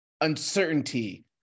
uncertainty